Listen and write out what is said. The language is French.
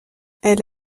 elle